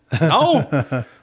No